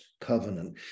covenant